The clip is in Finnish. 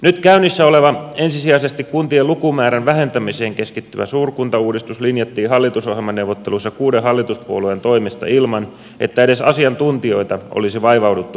nyt käynnissä oleva ensisijaisesti kuntien lukumäärän vähentämiseen keskittyvä suurkunta uudistus linjattiin hallitusohjelmaneuvotteluissa kuuden hallituspuolueen toimesta ilman että edes asiantuntijoita olisi vaivauduttu kuulemaan